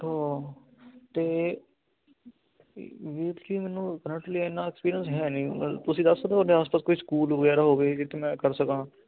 ਹਾਂ ਅਤੇ ਵੀਰ ਜੀ ਮੈਨੂੰ ਕਰੰਟਲੀ ਇੰਨਾ ਐਕਸਪੀਰੀਅੰਸ ਹੈ ਨਹੀਂ ਮਤਲਬ ਤੁਸੀਂ ਦੱਸ ਸਕਦੇ ਹੋ ਤੁਹਾਡੇ ਆਸ ਪਾਸ ਕੋਈ ਸਕੂਲ ਵਗੈਰਾ ਹੋਵੇ ਜਿੱਥੇ ਮੈਂ ਕਰ ਸਕਾਂ